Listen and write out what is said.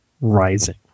Rising